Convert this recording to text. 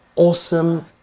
Awesome